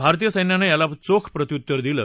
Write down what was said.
भारतीय सैन्यानं याला चोख प्रत्युत्तर दिलं